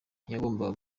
yagombaga